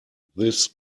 this